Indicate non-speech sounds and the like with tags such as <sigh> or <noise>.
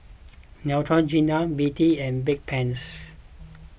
<noise> Neutrogena B D and Bedpans